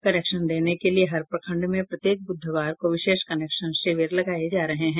connection देने के लिये हर प्रखण्ड में प्रत्येक बुधवार को विशेष कनेक्शन शिविर लगाये जा रहे हैं